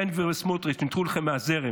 בן גביר וסמוטריץ' ניתקו אתכם מהזרם,